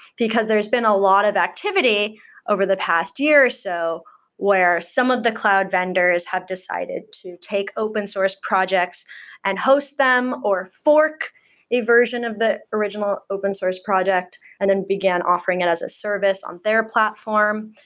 because there's been a lot of activity over the past year or so where some of the cloud vendors have decided to take open source projects and host them, or fork fork a version of the original open source project and then began offering it as a service on their platform.